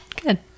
Good